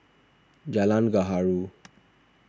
Jalan Gaharu